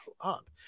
up